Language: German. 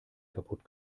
kaputt